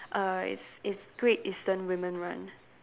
err it's it's Great Eastern women run